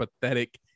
pathetic